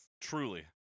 Truly